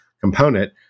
component